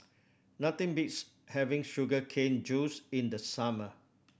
nothing beats having sugar cane juice in the summer